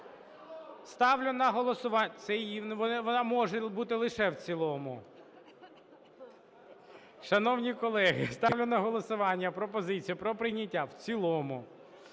Ставлю на голосування... Це і є, вона може бути лише в цілому. Шановні колеги, ставлю на голосування пропозицію про прийняття в цілому